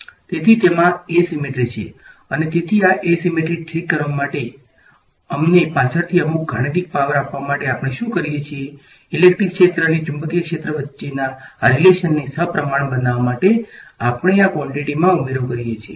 તેથી તેમાં એસીમેટ્રી છે અને તેથી આ એસીમેટ્રીને ઠીક કરવા માટે અમને પાછળથી અમુક ગાણિતિક પાવર આપવા માટે આપણે શુ કરીયે છિયે ઇલેક્ટ્રિક ક્ષેત્ર અને ચુંબકીય ક્ષેત્ર વચ્ચેના આ રીલેશનને સમપ્રમાણ બનાવવા માટે આપણે આ ક્વોંટીટીમાં ઉમેરો કરીએ છીએ